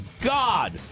God